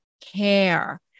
care